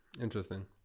interesting